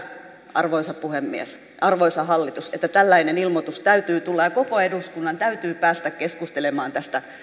arvoisa puhemies arvoisa hallitus että tällainen ilmoitus täytyy tulla ja koko eduskunnan täytyy päästä keskustelemaan tästä